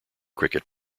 cricket